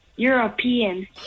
European